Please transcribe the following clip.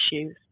issues